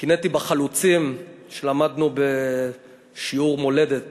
קינאתי בחלוצים, שלמדנו עליהם בשיעור מולדת